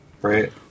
right